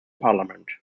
parliament